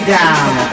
down